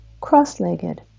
cross-legged